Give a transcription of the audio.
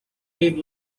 leave